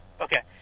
Okay